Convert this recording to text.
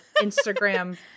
Instagram